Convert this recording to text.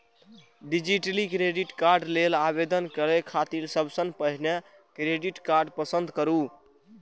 digitally credit card लेल आवेदन करै खातिर सबसं पहिने क्रेडिट कार्ड पसंद करू